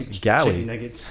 galley